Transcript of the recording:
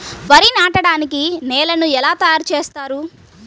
వరి నాటడానికి నేలను ఎలా తయారు చేస్తారు?